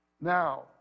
Now